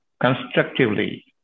constructively